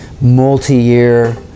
multi-year